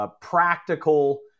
practical